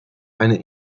eine